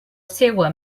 seua